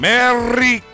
Merry